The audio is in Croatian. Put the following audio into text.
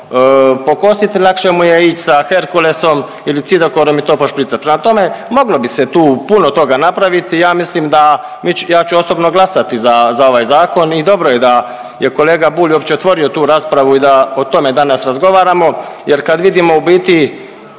pokositi, lakše mu je ići sa Herkulesom ili Cidokorom i to pošpricati. Prema tome, moglo bi se tu puno toga napraviti, ja mislim da, ja ću osobno glasati za ovaj Zakon i dobro je da je kolega Bulj uopće otvorio tu raspravu i da o tome danas razgovaramo jer kad vidimo u biti